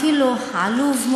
אפילו עלוב,